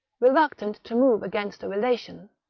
reluctant to move against a relation,